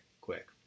quick